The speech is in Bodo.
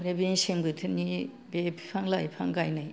ओमफ्राय बे मेसें बोथोरनि बे बिफां लाइफां गायनाय